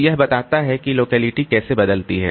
तो यह बताता है कि लोकेलिटी कैसे बदलती है